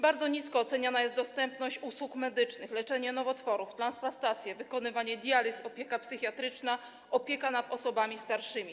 Bardzo nisko oceniana jest dostępność usług medycznych, leczenie nowotworów, transplantacje, wykonywanie dializ, opieka psychiatryczna, opieka nad osobami starszymi.